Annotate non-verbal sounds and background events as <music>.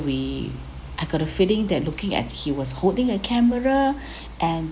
we I got a feeling that looking at he was holding a camera <breath> and